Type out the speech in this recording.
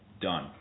Done